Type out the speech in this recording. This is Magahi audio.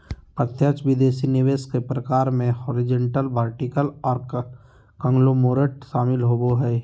प्रत्यक्ष विदेशी निवेश के प्रकार मे हॉरिजॉन्टल, वर्टिकल आर कांगलोमोरेट शामिल होबो हय